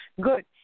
good